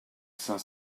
cinq